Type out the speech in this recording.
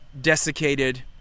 desiccated